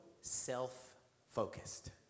self-focused